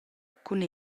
cun